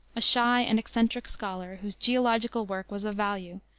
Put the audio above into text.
a shy and eccentric scholar, whose geological work was of value,